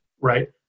right